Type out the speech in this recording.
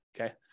Okay